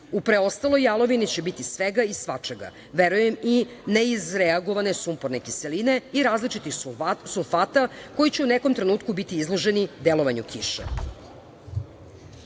U preostaloj jalovini će biti svega i svačega. Verujem i neireagovane sumporne kiseline i različitih sulfata, koji će u nekom trenutku biti izloženi delovanju